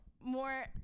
More –